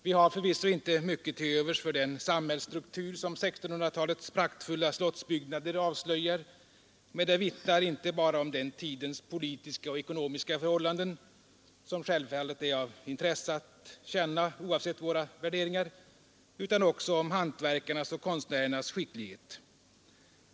Vi har förvisso inte mycket till övers för den samhällsstruktur som 1600-talets praktfulla slottsbyggnader avslöjar, men de vittnar inte bara om den tidens politiska och ekonomiska förhållanden — som självfallet är av intresse att känna oavsett våra värderingar — utan också om hantverkarnas och konstnärernas skicklighet.